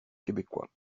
québecois